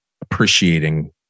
appreciating